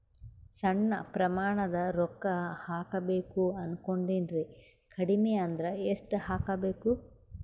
ಸಣ್ಣ ಪ್ರಮಾಣದ ರೊಕ್ಕ ಹಾಕಬೇಕು ಅನಕೊಂಡಿನ್ರಿ ಕಡಿಮಿ ಅಂದ್ರ ಎಷ್ಟ ಹಾಕಬೇಕು?